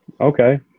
Okay